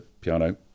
piano